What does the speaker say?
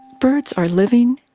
birds are living,